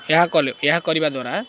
ଏହା କଲେ ଏହା କରିବା ଦ୍ୱାରା